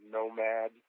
Nomad